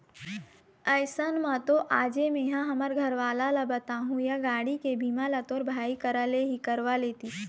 अइसन म तो आजे मेंहा हमर घरवाला ल बताहूँ या गाड़ी के बीमा ल तोर भाई करा ले ही करवा लेतिस